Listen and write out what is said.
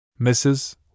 Mrs